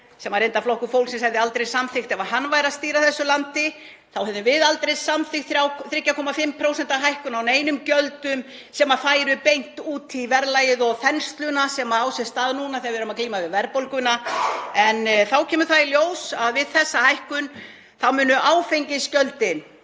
sem Flokkur fólksins hefði reyndar aldrei samþykkt ef hann væri að stýra þessu landi, við hefðum aldrei samþykkt 3,5% hækkun á neinum gjöldum sem færu beint út í verðlagið og þensluna sem á sér stað núna þegar við erum að glíma við verðbólguna. En það kemur í ljós að við þessa hækkun munu áfengisgjöldin,